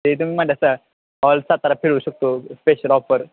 ते तुम्ही मन्लासा ऑल सातारा फिरू शकतो स्पेशल ऑफर